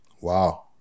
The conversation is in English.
Wow